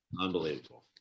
Unbelievable